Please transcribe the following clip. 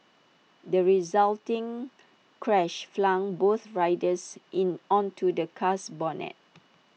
the resulting crash flung both riders in onto the car's bonnet